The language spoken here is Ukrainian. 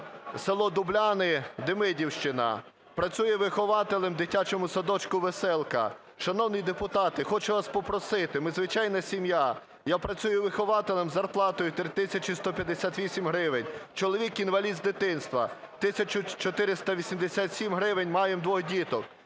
село Дубляни, Демидівщина, працює вихователем в дитячому садочку "Веселка". "Шановні депутати, хочу вас попросити. Ми – звичайна сім'я. Я працюю вихователем з зарплатою 3 тисячі 158 гривень, чоловік, інвалід з дитинства, – 1487 гривень. Маємо двоє діток.